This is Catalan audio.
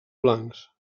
blancs